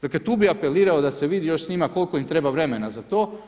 Dakle, tu bih apelirao da se vidi još s njima koliko ima treba vremena za to.